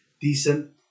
decent